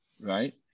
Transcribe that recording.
right